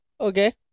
Okay